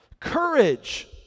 Courage